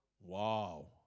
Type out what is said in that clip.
wow